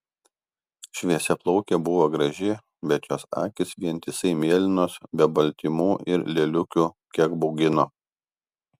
šviesiaplaukė buvo graži bet jos akys vientisai mėlynos be baltymų ir lėliukių kiek baugino